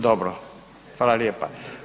Dobro, hvala lijepa.